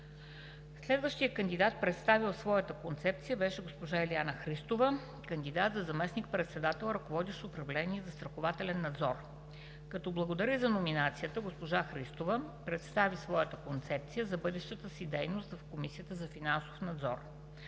Следващият кандидат, представил своята концепция, беше госпожа Илиана Христова – кандидат за заместник-председател, ръководещ управление „Застрахователен надзор“. Като благодари за номинацията, госпожа Христова представи своята концепция за бъдещата си дейност в Комисията за финансов надзор.